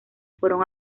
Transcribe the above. fueron